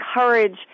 encourage